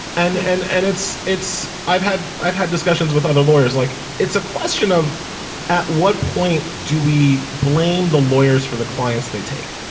and and and it's it's i've had i've had discussions with other lawyers like it's a question of at what point do we blame the lawyers for the clients they take.